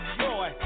joy